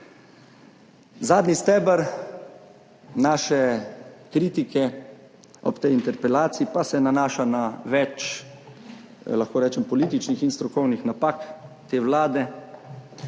Zadnji steber naše kritike ob tej interpelaciji pa se nanaša na več, lahko rečem, političnih in strokovnih napak te vlade: